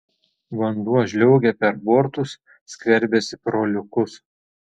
vanduo žliaugia per bortus skverbiasi pro liukus